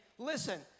Listen